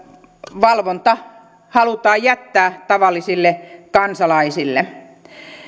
valvonta halutaan jättää tavallisille kansalaisille